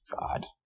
God